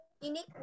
unique